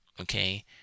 okay